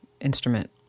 instrument